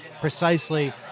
precisely